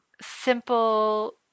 simple